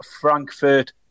Frankfurt